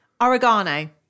Oregano